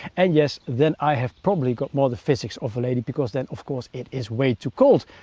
and yes, then i have probably got more the physics of a lady because then, of course, it is way too cold.